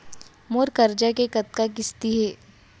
मोर करजा के कतका किस्ती हे?